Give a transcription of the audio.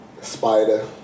Spider